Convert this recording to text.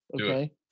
Okay